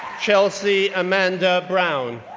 chelsea amanda brown,